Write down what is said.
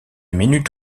minute